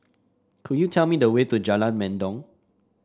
could you tell me the way to Jalan Mendong